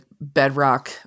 bedrock